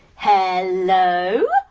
hello?